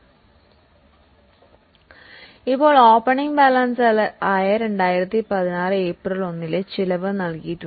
April 1 അനുസരിച്ചുള്ള opening balance നൽകിയിരിക്കുന്നു